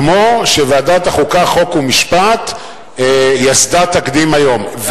כמו שוועדת החוקה, חוק ומשפט יסדה תקדים היום.